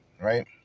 right